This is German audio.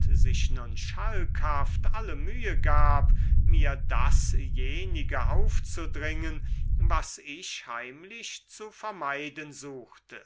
sich nun schalkhaft alle mühe gab mir dasjenige aufzudringen was ich heimlich zu vermeiden suchte